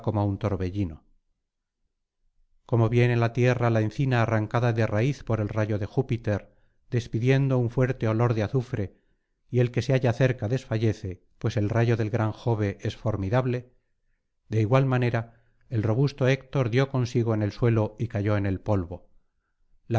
un torbellino como viene á tierra la encina arrancada de raíz por el rayo de júpiter despidiendo un fuerte olor de azufre y el que se halla cerca desfallece pues el rayo del gran jove es formidable de igual manera el robusto héctor dio consigo en el suelo y cayó en el polvo